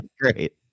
great